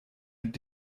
mit